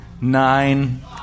Nine